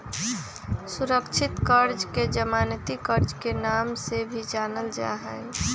सुरक्षित कर्ज के जमानती कर्ज के नाम से भी जानल जाहई